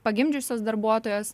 pagimdžiusios darbuotojos